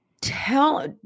Tell